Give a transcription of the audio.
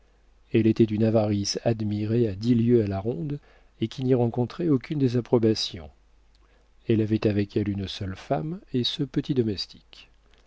elle était d'une avarice admirée à dix lieues à la ronde et qui n'y rencontrait aucune désapprobation elle avait avec elle une seule femme et ce petit domestique